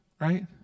Right